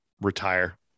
retire